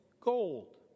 gold